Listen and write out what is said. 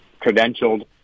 credentialed